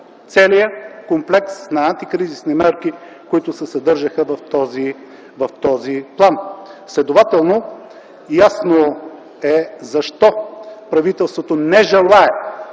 целия комплекс на антикризисни мерки, които се съдържаха в този план. Следователно ясно е защо правителството не желае